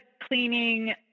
cleaning